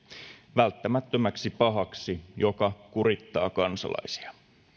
välttämättömäksi pahaksi joka kurittaa kansalaisia